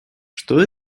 что